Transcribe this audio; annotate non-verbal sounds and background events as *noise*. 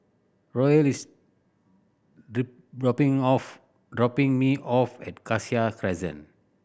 Roel is *unintelligible* dropping off dropping me off at Cassia Crescent